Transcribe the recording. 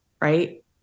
right